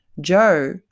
Joe